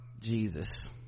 Jesus